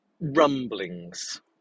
rumblings